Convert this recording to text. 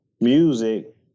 music